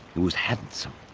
he was handsome,